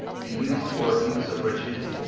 the use or abuse of riches,